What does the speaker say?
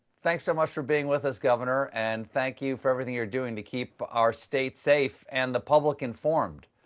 thanks so much for being with us, governor, and thank you for everything you're doing to keep our state safe and the public informed.